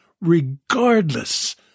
regardless